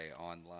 online